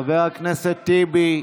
חבר הכנסת טיבי,